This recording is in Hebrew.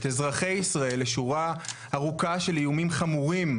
את אזרחי ישראל לשורה ארוכה של איומים חמורים,